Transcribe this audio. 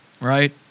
right